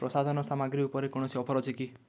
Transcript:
ପ୍ରସାଧନ ସାମଗ୍ରୀ ଉପରେ କୌଣସି ଅଫର୍ ଅଛି କି